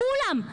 כולם,